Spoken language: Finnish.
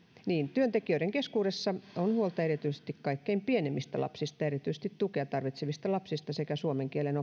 työntekijöiden keskuudessa on huolta erityisesti kaikkein pienimmistä lapsista erityistä tukea tarvitsevista lapsista sekä suomen kielen